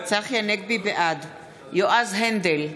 בעד יועז הנדל,